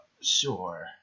sure